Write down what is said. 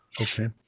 Okay